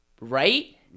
right